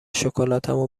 شکلاتمو